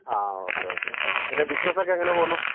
ആ okay okay പിന്നെ business ഒക്കെ എങ്ങനെ പോകുന്നു